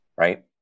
right